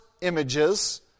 images